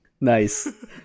Nice